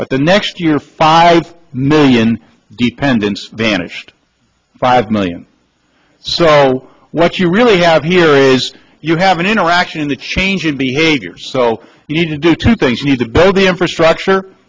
but the next year five million dependents vanished five million so what you really have here is you have an interaction in the changing behaviors so you need to do two things need to build the infrastructure